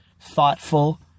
thoughtful